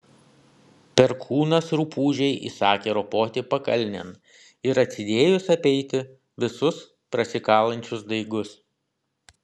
perkūnas rupūžei įsakė ropoti pakalnėn ir atsidėjus apeiti visus prasikalančius daigus